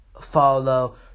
follow